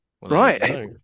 Right